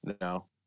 No